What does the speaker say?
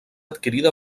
adquirida